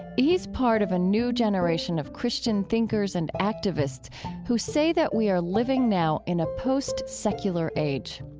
he's part of a new generation of christian thinkers and activists who say that we are living now in a post-secular age.